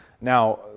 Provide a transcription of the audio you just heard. Now